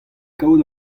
kaout